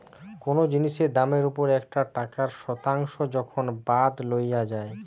কোনো জিনিসের দামের ওপর একটা টাকার শতাংশ যখন বাদ লওয়া যাই